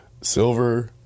silver